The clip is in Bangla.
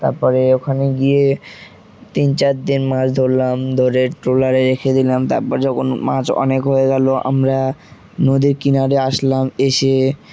তারপরে ওখানে গিয়ে তিন চার দিন মাছ ধরলাম ধরে ট্রোলারে রেখে দিলাম তারপর যখন মাছ অনেক হয়ে গেলো আমরা নদীর কিনারে আসলাম এসে